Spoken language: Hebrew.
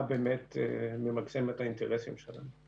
מה באמת ממקסם את האינטרסים שלנו.